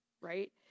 right